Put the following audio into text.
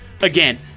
again